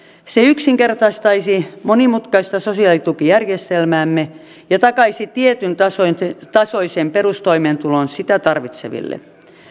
se yksinkertaistaisi monimutkaista sosiaalitukijärjestelmäämme ja takaisi tietyn tasoisen tasoisen perustoimeentulon sitä tarvitseville